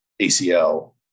ACL